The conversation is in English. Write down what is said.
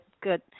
good